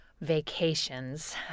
vacations